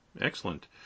Excellent